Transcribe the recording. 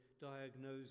diagnose